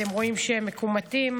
אתם רואים שהם מקומטים,